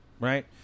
right